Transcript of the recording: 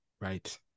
Right